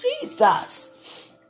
Jesus